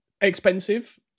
expensive